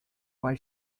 why